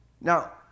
Now